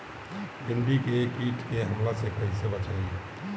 भींडी के कीट के हमला से कइसे बचाई?